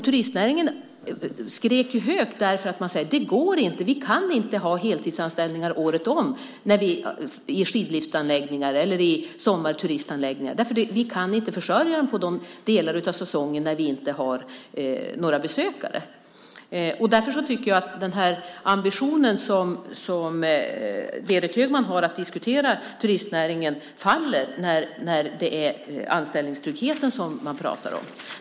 Turistnäringen skrek ju högt och sade att man inte kan ha heltidsanställda året om vid skidliftsanläggningar eller vid sommarturistanläggningar därför att man inte kan försörja dessa människor under de delar av säsongen när man inte har några besökare. Därför tycker jag att den ambition som Berit Högman har när hon diskuterar turistnäringen så att säga faller när det är anställningstryggheten som hon talar om.